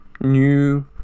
New